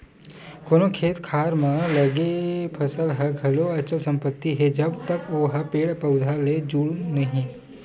कोनो खेत खार म लगे फसल ह घलो अचल संपत्ति हे जब तक ओहा पेड़ पउधा ले जुड़े हे